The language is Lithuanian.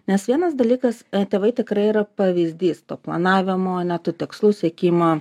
nes vienas dalykas tėvai tikrai yra pavyzdys to planavimo ane tų tikslų siekimo